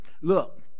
Look